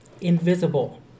invisible